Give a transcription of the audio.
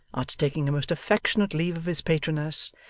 after taking a most affectionate leave of his patroness,